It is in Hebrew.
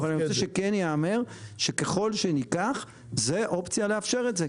אבל אני רוצה שכן ייאמר שככל שניקח זו אופציה לאפשר את זה.